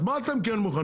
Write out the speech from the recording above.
אז מה אתם כן מוכנים?